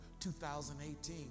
2018